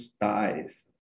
dies